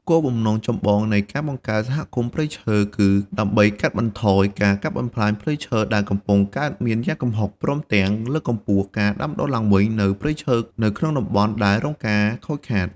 គោលបំណងចម្បងនៃការបង្កើតសហគមន៍ព្រៃឈើគឺ ដើម្បីកាត់បន្ថយការកាប់បំផ្លាញព្រៃឈើដែលកំពុងកើតមានយ៉ាងគំហុក ព្រមទាំង លើកកម្ពស់ការដាំដុះឡើងវិញ នូវដើមឈើនៅក្នុងតំបន់ដែលរងការខូចខាត។